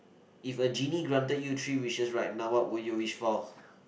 if a Genie granted you three wishes right now what would you wish for